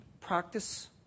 practice